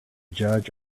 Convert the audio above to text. judge